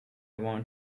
want